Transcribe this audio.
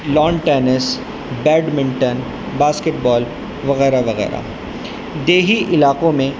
lawn tennis badminton basketball وغیرہ وغیرہ دیہی علاقوں میں